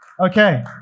Okay